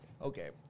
Okay